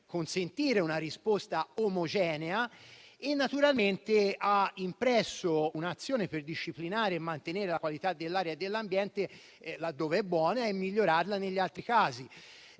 consentire una risposta omogenea e naturalmente ha impresso un'azione per disciplinare e mantenere la qualità dell'aria e dell'ambiente laddove questa è buona e migliorarla negli altri casi.